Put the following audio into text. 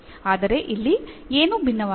ಆದರೆ ಇಲ್ಲಿ ಏನು ಭಿನ್ನವಾಗಿದೆ